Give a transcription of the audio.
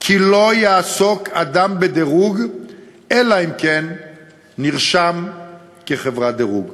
כי לא יעסוק אדם בדירוג אלא אם כן נרשם כחברת דירוג.